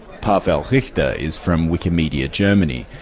pavel richter is from wikimedia germany,